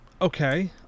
Okay